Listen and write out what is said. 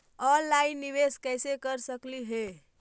Online निबेस कैसे कर सकली हे?